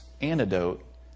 antidote